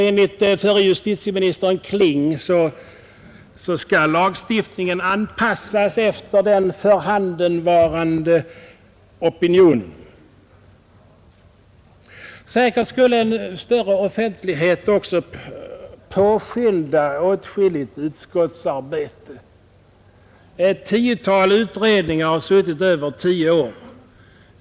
Enligt förre justitieminister Kling skall lagstiftningen också anpassas efter den förhandenvarande opinionen. Säkert skulle en större offentlighet också påskynda åtskilligt utredningsarbete. Ett tiotal utredningar har suttit mer än tio år.